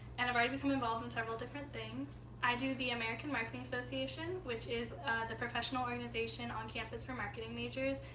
and i've already become involved in several different things. i do the american marketing association, which is the professional organization on campus for marketing majors,